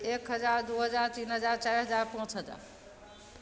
एक हजार दुइ हजार तीन हजार चारि हजार पाँच हजार